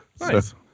Nice